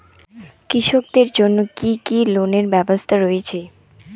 কৃষকদের জন্য কি কি লোনের ব্যবস্থা রয়েছে?